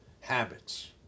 habits